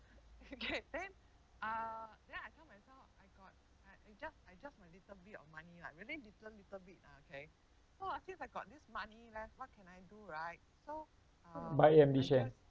buy A_M_D share